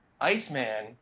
Iceman